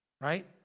Right